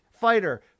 fighter